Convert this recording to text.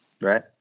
right